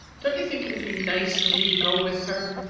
don't you think it would be nice for me to go with her,